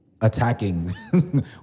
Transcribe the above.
attacking